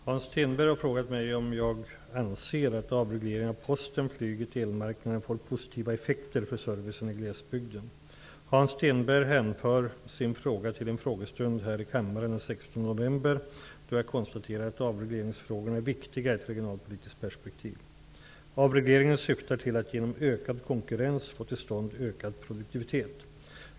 Herr talman! Hans Stenberg har frågat mig om jag anser att avregleringen av posten, flyget och elmarknaden får positiva effekter för servicen i glesbygden. Hans Stenberg hänför sin fråga till en frågestund här i kammaren den 16 november då jag konstaterade att ''avregleringsfrågorna är viktiga i ett regionalpolitiskt perspektiv'': Avregleringen syftar till att genom ökad konkurrens få till stånd ökad produktivitet.